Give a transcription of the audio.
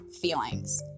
feelings